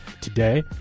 today